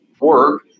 work